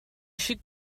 xic